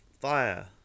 Fire